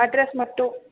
address மட்டும்